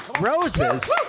Roses